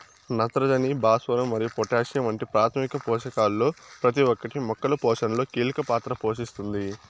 నత్రజని, భాస్వరం మరియు పొటాషియం వంటి ప్రాథమిక పోషకాలలో ప్రతి ఒక్కటి మొక్కల పోషణలో కీలక పాత్ర పోషిస్తుంది